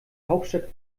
hauptstadt